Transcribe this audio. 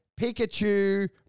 Pikachu